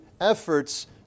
efforts